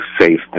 safe